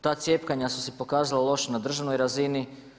Ta cjepkanja su se pokazala lošim na državnoj razini.